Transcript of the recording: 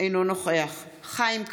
אינו נוכח חיים כץ,